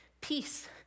peace